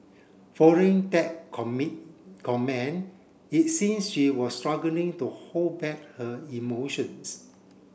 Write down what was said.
following that comment it seem she was struggling to hold back her emotions